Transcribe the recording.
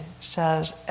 says